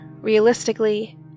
realistically